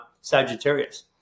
Sagittarius